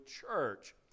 church